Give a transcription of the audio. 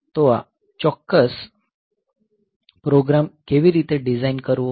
તો આ ચોક્કસ પ્રોગ્રામ કેવી રીતે ડિઝાઇન કરવો